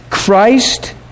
Christ